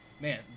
man